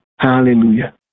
Hallelujah